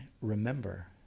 remember